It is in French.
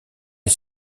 est